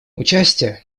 участие